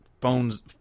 phones